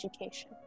education